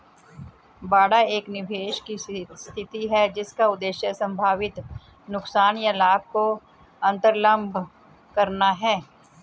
बाड़ा एक निवेश की स्थिति है जिसका उद्देश्य संभावित नुकसान या लाभ को अन्तर्लम्ब करना है